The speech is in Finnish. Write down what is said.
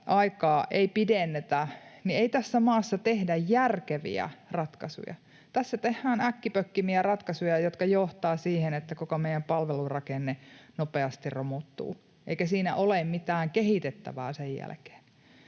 aikaa ei pidennetä, niin ei tässä maassa tehdä järkeviä ratkaisuja. Tässä tehdään äkkipökkimiä ratkaisuja, jotka johtavat siihen, että koko meidän palvelurakenne nopeasti romuttuu eikä siinä ole mitään kehitettävää sen jälkeen.